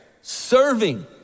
serving